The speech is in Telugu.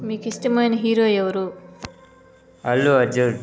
మీకిష్టమైన హీరో ఎవరు అల్లు అర్జున్